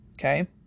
Okay